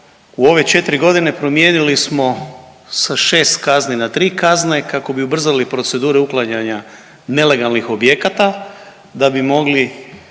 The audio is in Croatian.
u ove četri godine promijenili smo sa šest kazne na tri kazne kako bi ubrzali procedure uklanjanja nelegalnih objekata da bi mogli